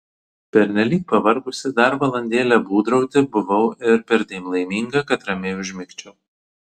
pernelyg pavargusi dar valandėlę būdrauti buvau ir perdėm laiminga kad ramiai užmigčiau